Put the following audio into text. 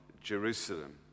Jerusalem